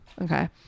Okay